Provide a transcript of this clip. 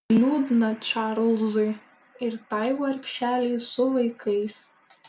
liūdna čarlzui ir tai vargšelei su vaikais